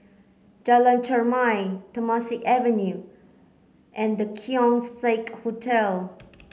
Jalan Chermai Temasek Avenue and The Keong Saik Hotel